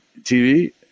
TV